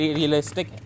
realistic